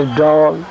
doll